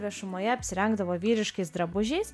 viešumoje apsirengdavo vyriškais drabužiais